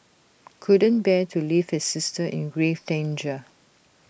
couldn't bear to leave his sister in grave danger